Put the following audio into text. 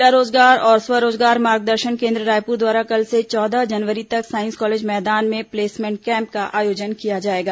जिला रोजगार और स्व रोजगार मार्गदर्शन केन्द्र रायपुर द्वारा कल से चौदह जनवरी तक साईस कॉलेज मैदान में प्लेसमेंट कैम्प का आयोजन किया जाएगा